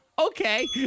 Okay